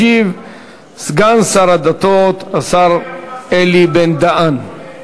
ישיב סגן שר הדתות אלי בן-דהן.